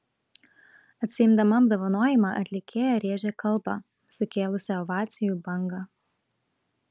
atsiimdama apdovanojimą atlikėja rėžė kalbą sukėlusią ovacijų bangą